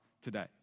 today